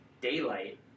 daylight